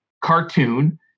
cartoon